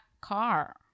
car